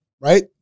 right